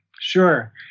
sure